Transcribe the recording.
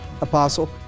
Apostle